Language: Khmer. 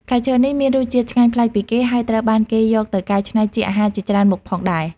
ផ្លែឈើនេះមានរសជាតិឆ្ងាញ់ប្លែកពីគេ ហើយត្រូវបានគេយកទៅកែច្នៃជាអាហារជាច្រើនមុខផងដែរ។